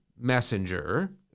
messenger